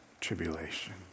tribulation